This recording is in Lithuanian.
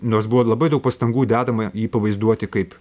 nors buvo ir labai daug pastangų dedama jį pavaizduoti kaip